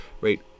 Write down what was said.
Right